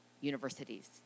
universities